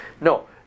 No